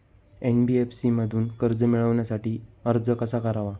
NBFC मधून कर्ज मिळवण्यासाठी अर्ज कसा करावा?